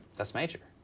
that's major.